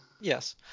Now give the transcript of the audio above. Yes